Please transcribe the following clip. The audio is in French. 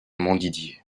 montdidier